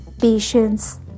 patience